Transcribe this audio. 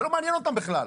זה לא מעניין אותם בכלל.